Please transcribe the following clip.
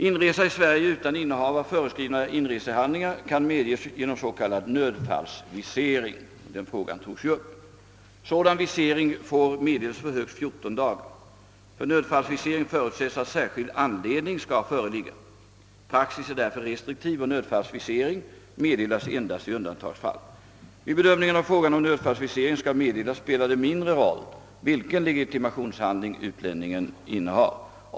Inresa i Sverige utan innehav av föreskrivna inresehandlingar kan medges genom s.k. nödfallsvisering — den frågan togs ju upp — som får meddelas för högst fjorton dagar. För nödfallsvisering förutsätts att »särskild anledning» skall föreligga. Praxis är därför restriktiv, och nödfallsvisering meddelas endast i undantagsfall. Vid bedömningen av frågan om nödfallsvisering skall meddelas spelar det mindre roll vilken legitimationshandling utlänning en har.